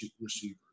receiver